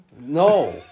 No